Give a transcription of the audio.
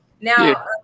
now